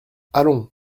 allons